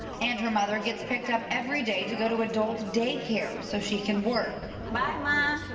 and her mother gets picked up every day to go to adult day-care so she can work. bye, mom.